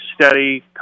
steady